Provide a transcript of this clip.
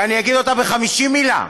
ואני אגיד אותה ב-50 מילה: